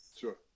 Sure